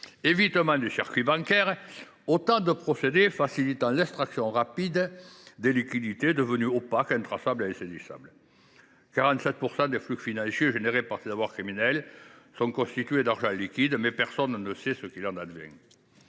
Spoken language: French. évitement du circuit bancaire… Autant de procédés facilitant l’extraction rapide des liquidités, devenues opaques, intraçables et insaisissables : 47 % des flux financiers produits par ces avoirs criminels sont constitués d’argent liquide, mais personne ne sait ce qu’il en advient.